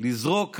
לזרוק רעל,